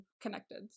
connected